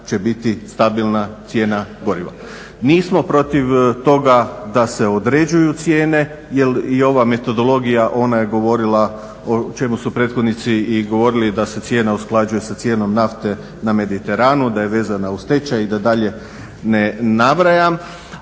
Nismo protiv toga da se određuju cijene jer i ova metodologija ona je govorila o čemu su prethodnici i govorili da se cijena usklađuje sa cijenom nafte na Mediteranu, da je vezana uz tečaj i da dalje ne nabrajam.